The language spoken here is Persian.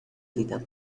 دیدم